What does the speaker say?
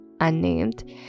unnamed